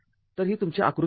तर ही तुमची आकृती आहे